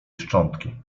szczątki